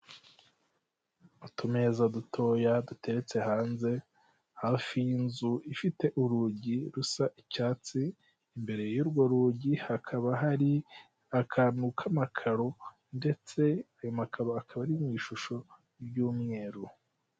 Utumeza dutoya duteretse hanze hafi y'inzu ifite urugi rusa icyatsi, imbere y'urwo rugi hakaba hari akantu k'amakaro ndetse ayo makaro akaba ari mu ishusho ry'umweru.